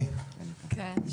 לביא מעמותת נט"ל, בבקשה.